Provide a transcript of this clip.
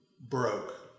broke